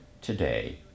today